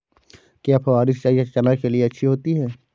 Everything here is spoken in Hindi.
क्या फुहारी सिंचाई चना के लिए अच्छी होती है?